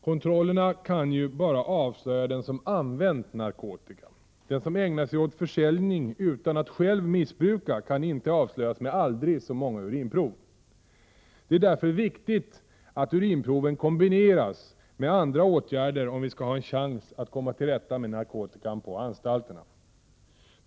Kontrollerna kan ju bara avslöja den som använt narkotika. Den som ägnar sig åt försäljning utan att själv missbruka kan inte avslöjas med aldrig så många urinprov. Det är därför viktigt att urinproven kombineras med andra åtgärder, om vi skall ha en chans att komma till rätta med narkotikan på anstalterna.